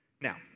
Now